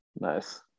Nice